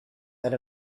that